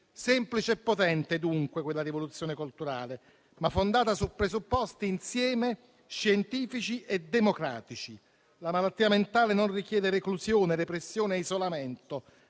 Semplice e potente, dunque, quella rivoluzione culturale, ma fondata su presupposti insieme scientifici e democratici. La malattia mentale non richiede reclusione, repressione e isolamento,